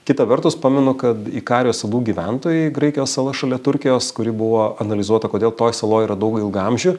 kita vertus pamenu kad ikarijos salų gyventojai graikijos sala šalia turkijos kuri buvo analizuota kodėl toj saloj yra daug ilgaamžių